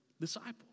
disciples